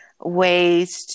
ways